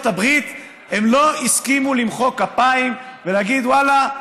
הברית הם לא הסכימו למחוא כפיים ולהגיד: ואללה,